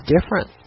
different